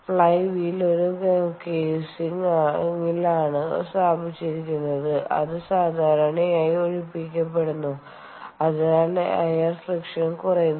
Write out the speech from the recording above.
fly wheel ഒരു കേസിംഗിലാണ് സ്ഥാപിച്ചിരിക്കുന്നത് അത് സാധാരണയായി ഒഴിപ്പിക്കപ്പെടുന്നു അതിനാൽ എയർ ഫ്രിക്ഷൻഎയർ friction കുറയുന്നു